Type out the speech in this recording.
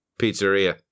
pizzeria